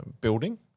building